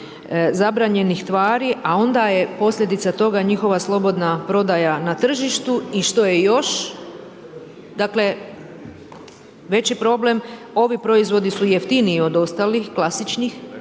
zabranjenih tvari a onda je posljedica toga njihova slobodna prodaja na tržištu i što je još dakle veći problem, ovi proizvodi su jeftiniji od ostalih klasičnih